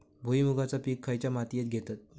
भुईमुगाचा पीक खयच्या मातीत घेतत?